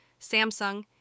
Samsung